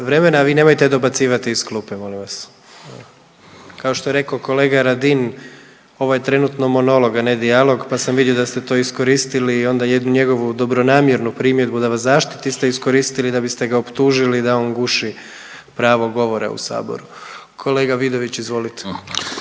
vremena, a vi nemojte dobacivati iz klupe molim vas. Kao što je rekao kolega Radin ovo je trenutno monolog, a ne dijalog pa sam vidio da ste to iskoristili i onda njegovu dobronamjernu primjedbu da vas zaštiti ste iskoristili da biste ga optužili da on guši pravo govora u Saboru. Kolega Vidović izvolite.